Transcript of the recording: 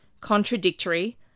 contradictory